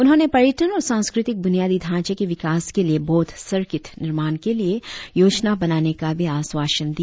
उन्होंने पर्यटन और सांस्कृतिक बुनियादी ढांचे के विकास के लिए बौद्ध सर्किट निर्माण के लिए योजना बनाने का भी आश्वासन दिया